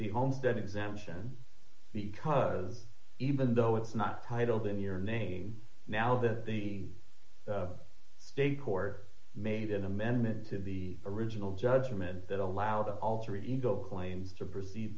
the homestead exemption because even though it's not titled in your name now that the state court made an amendment to the original judgment that allowed alter ego claims to proceed